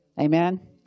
Amen